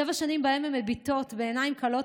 שבע שנים שבהן הן מביטות בעיניים כלות